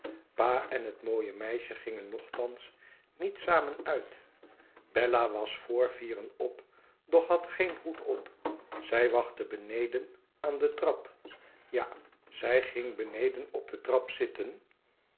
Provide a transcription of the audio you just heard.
en het mooie meisje gingen nogthans niet samen uit bella was vr vieren op doch had geen hoed op zij wachtte beneden aan de trap ja zij ging beneden op de trap zitten